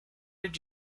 did